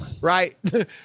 right